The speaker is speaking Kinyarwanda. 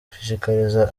gushishikariza